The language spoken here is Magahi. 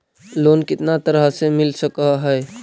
लोन कितना तरह से मिल सक है?